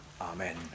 Amen